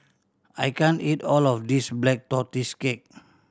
I can't eat all of this Black Tortoise Cake